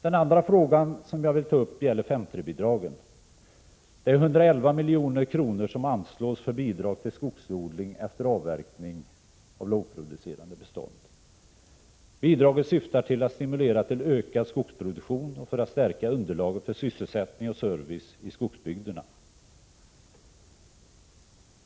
Den andra frågan som jag vill ta upp gäller 5:3-bidraget. Det är 111 milj.kr. som anslås för bidrag till skogsodling efter avverkning av lågproducerande bestånd. Bidraget syftar till att stimulera till ökad skogsproduktion och till att stärka underlaget för sysselsättning och service i skogsbygderna.